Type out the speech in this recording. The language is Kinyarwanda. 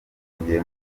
afungiye